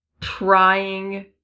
trying